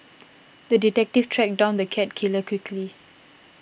the detective tracked down the cat killer quickly